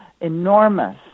enormous